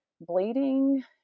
bleeding